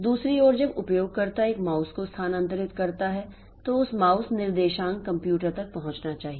दूसरी ओर जब उपयोगकर्ता एक माउस को स्थानांतरित करता है तो माउस निर्देशांक कंप्यूटर तक पहुंचना चाहिए